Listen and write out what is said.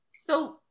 So-